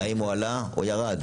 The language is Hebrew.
האם הוא עלה או ירד.